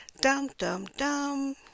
dum-dum-dum